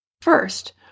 First